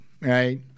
right